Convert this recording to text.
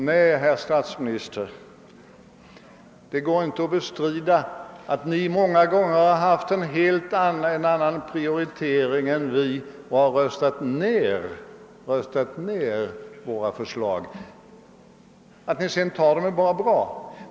Nej, herr statsminister, det går inte att bestrida att ni många gånger har gjort en helt annan prioritering än vi och har röstat ner våra förslag. Att ni sedan har tagit upp dem är bara bra.